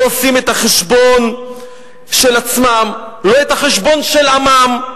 לא עושים את החשבון של עצמם, לא את החשבון של עמם,